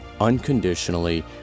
unconditionally